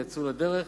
יצאו לדרך,